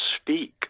speak